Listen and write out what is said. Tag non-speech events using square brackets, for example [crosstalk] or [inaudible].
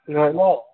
[unintelligible]